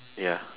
ya